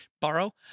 borrow